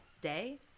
day